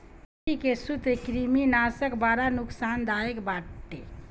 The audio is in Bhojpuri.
माटी के सूत्रकृमिनाशक बड़ा नुकसानदायक बाटे